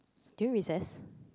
during recess